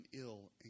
ill